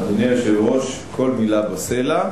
אדוני היושב-ראש, כל מלה בסלע.